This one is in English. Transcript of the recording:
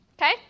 Okay